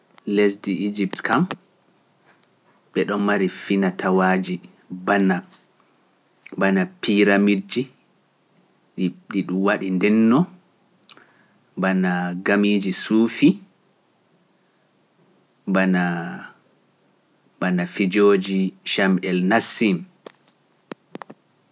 Lesdi Ijipt kam, ɓe ɗon mari finatawaaji bana, bana piramidji ɗi ɗum waɗi ndenno, bana gamiiji suufi, bana fijooji Sam'el Nassim.